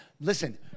listen